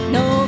no